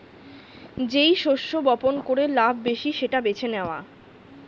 যেই শস্য বপন করে লাভ বেশি সেটা বেছে নেওয়া